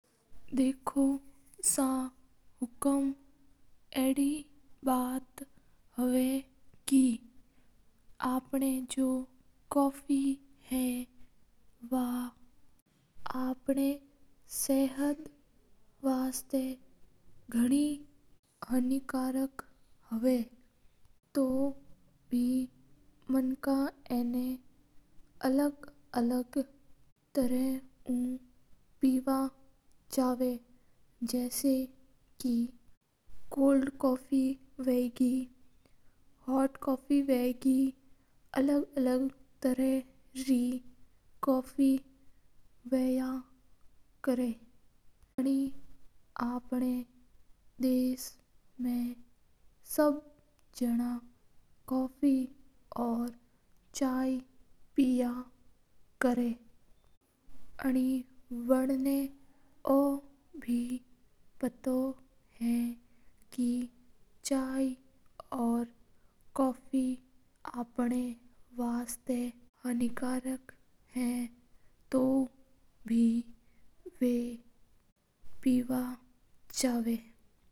देखो सा हुकूम अड़ी बात हवा के कॉफी हवी जाकी अपना शरीर वास्ता अनाप हानिकारक हुआ करा हा मनाक बिना अलग अलग तरीका उ पिया करा हा। अपना दस मा सब लोग लगभग चाय और कॉफी पिया करा हा जैसा के कोल्ड कॉफी हॉट कॉफी हवा और सब लोग ना पतो हा के चाय और कॉफी अपन वास्ता हां ई कारक हुआ तो भी लोग बिन पिया हा।